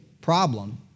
problem